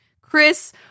Chris